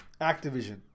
Activision